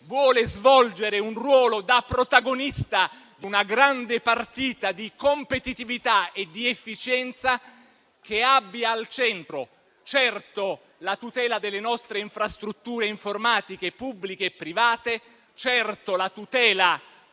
vuole svolgere un ruolo da protagonista, una grande partita di competitività e di efficienza che abbia al centro la tutela delle nostre infrastrutture informatiche pubbliche e private, la tutela